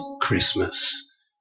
Christmas